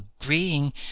agreeing